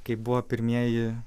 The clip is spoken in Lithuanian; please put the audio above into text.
kai buvo pirmieji